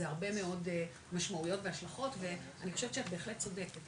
הרבה מאוד משמעותיות והשלכות ואני חושבת שאת בהחלט צודקת,